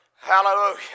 Hallelujah